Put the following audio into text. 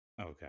Okay